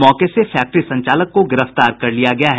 मौके से फैक्ट्री संचालक को गिरफ्तार कर लिया गया है